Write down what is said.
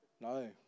No